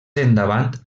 endavant